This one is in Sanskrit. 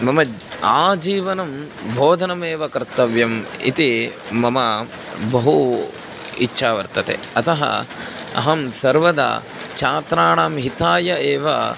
मम आजीवनं बोधनमेव कर्तव्यम् इति मम बहु इच्छा वर्तते अतः अहं सर्वदा छात्राणां हिताय एव